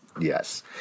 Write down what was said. Yes